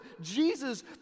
Jesus